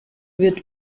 wird